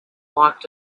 walked